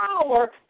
power